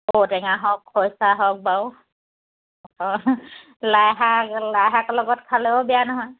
ঔটেঙা হওক খৰিচা হওক বাৰু লাইশাক লাইশাকৰ লগত খালেও বেয়া নহয়